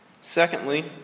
Secondly